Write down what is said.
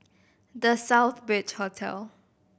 The Southbridge Hotel